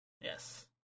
Yes